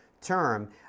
term